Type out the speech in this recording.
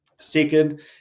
Second